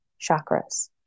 chakras